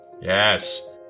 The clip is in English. Yes